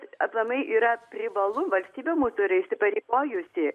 aplamai yra privalu valstybė mūsų yra įsipareigojusi